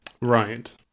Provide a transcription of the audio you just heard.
Right